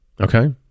Okay